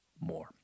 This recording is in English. more